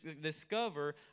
discover